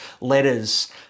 letters